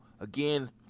Again